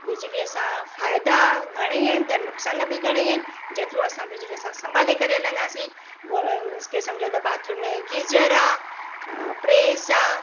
बिजलीअ सां फ़ाइदा घणेई आहिनि त नुक़सान बि घणा ई आहिनि जेतिरो असां बिजली सां संभाले करे हलंदासीं मींस की सम्झो त बाथरूम में गीजर आहे प्रेस आहे